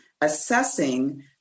assessing